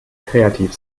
kreativ